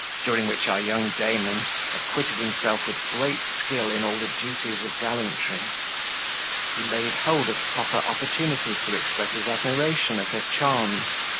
during which our young damon acquitted himself with great skill in all the duties of gallantry he laid hold of proper opportunities to express his admiration of her charms,